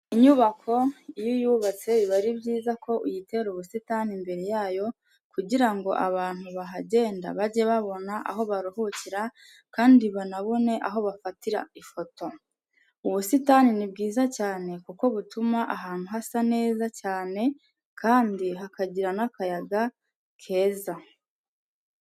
Inyubako iyo uyubatse biba ari byiza ko uyitera ubusitani imbere yayo kugira ngo abantu bahagenda bajye babona aho baruhukira kandi banabone aho bafatira ifoto. Ubusitani ni bwiza cyane kuko butuma ahantu hasa neza cyane kandi hakagira n'akayaga keza.